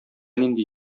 нинди